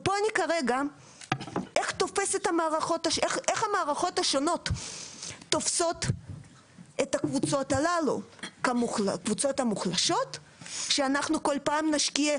איך המערכות השונות תופסות את הקבוצות המוחלשות כשאנחנו כל פעם נשקיע,